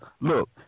look